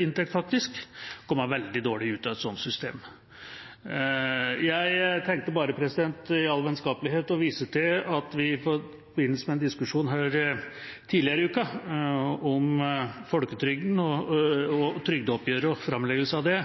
inntekt, komme veldig dårlig ut av et slikt system. Jeg tenkte bare i all vennskapelighet å vise til at i forbindelse med en diskusjon her tidligere i uka om folketrygden og trygdeoppgjøret og framleggelse av det,